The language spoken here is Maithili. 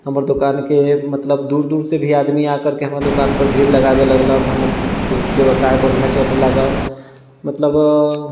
हमर दोकानके मतलब दूर दूर सँ भी आदमी आ करके हमरा दोकानपर भीड़ लगाबै लागल हमर व्यवसाय बढ़िआँ चले लागल मतलब